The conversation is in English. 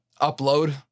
upload